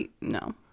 No